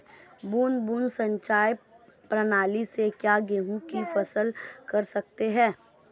बूंद बूंद सिंचाई प्रणाली से क्या गेहूँ की फसल कर सकते हैं?